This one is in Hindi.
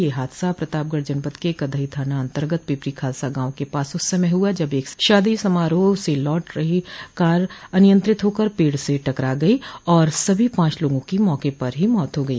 यह हादसा जनपद के कधई थाना अन्तर्गत पिपरी खालसा गांव के पास उस समय हुआ जब एक शादी समारोह से लौट रही कार अनियंत्रित होकर पेड़ से टकरा गई और सभी पांच लोगों की मौके पर ही मौत हो गई